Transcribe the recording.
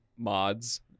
Mods